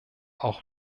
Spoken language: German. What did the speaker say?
auch